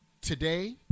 today